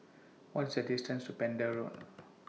What IS The distance to Pender Road